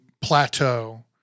plateau